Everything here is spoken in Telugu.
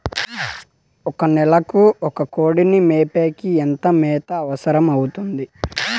ఒక నెలకు ఒక కోడిని సాకేకి ఎంత మేత అవసరమవుతుంది?